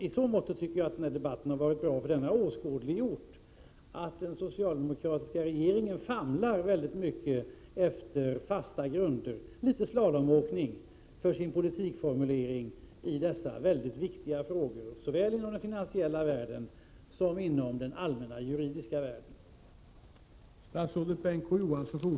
I så måtto tycker jag att den här debatten har varit bra, eftersom den har åskådliggjort att den socialdemokratiska regeringen väldigt mycket famlar efter fasta grunder — litet slalomåkning — för sin politikformulering i dessa såväl inom den finansiella världen som inom den allmänna juridiska världen mycket viktiga frågor.